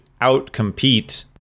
outcompete